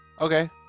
okay